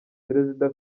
perezida